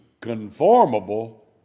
conformable